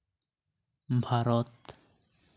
Bharat